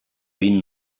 vint